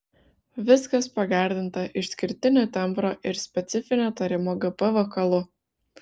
viskas pagardinta išskirtinio tembro ir specifinio tarimo gp vokalu